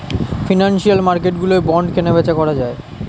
financial মার্কেটগুলোয় bond কেনাবেচা করা যায়